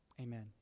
Amen